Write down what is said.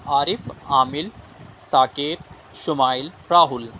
Arif Aamil Saqib Shamail Rahul